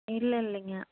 இல்லை இல்லைங்க